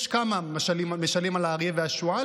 יש כמה משלים על האריה והשועל,